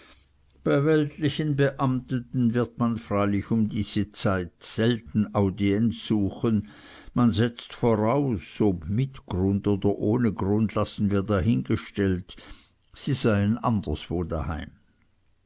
bei weltlichen beamteten wird man freilich auch um diese zeit selten audienz suchen man setzt voraus ob mit grund oder ohne grund lassen wir dahingestellt sie seien anderswo als daheim